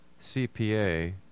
CPA